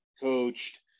coached